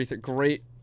Great